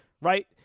right